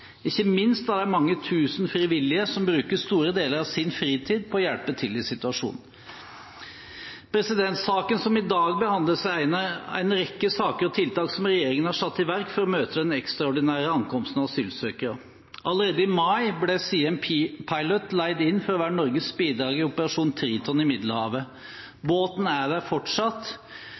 ikke minst av de mange tusen frivillige som bruker store deler av sin fritid på å hjelpe til i situasjonen. Saken som i dag behandles, er én av en rekke saker og tiltak som regjeringen har satt i verk for å møte den ekstraordinære ankomsten av asylsøkere. Allerede i mai ble «Siem Pilot» leid inn for å være Norges bidrag i operasjon Triton i Middelhavet. Båten er der fortsatt